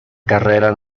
carrera